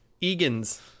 egan's